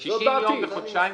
(ב) על אף האמור בתקנת משנה (א),